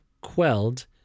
quelled